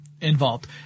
involved